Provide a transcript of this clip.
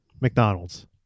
McDonald's